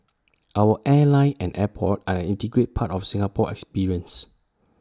our airline and airport are an integral part of the Singapore experience